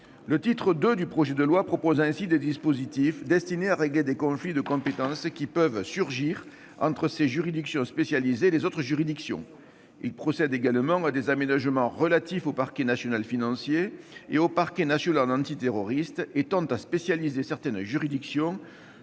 Le titre II du projet de loi prévoit des dispositifs destinés à régler les conflits de compétences qui peuvent surgir entre ces juridictions spécialisées et les autres juridictions. Il procède également à des aménagements relatifs au parquet national financier et au parquet national antiterroriste et tend à spécialiser certaines juridictions